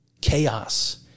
chaos